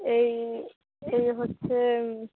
এই এই হচ্ছে